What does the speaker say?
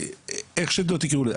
איך שלא תקראו לזה.